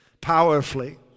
powerfully